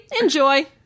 enjoy